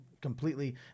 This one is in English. completely